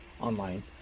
online